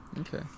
Okay